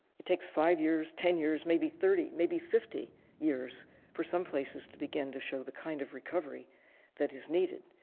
it takes five years, ten years, maybe thirty, maybe fifty years for some places to begin to show the kind of recovery that is needed.